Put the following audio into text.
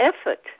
effort